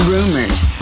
Rumors